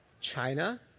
China